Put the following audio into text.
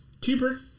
Cheaper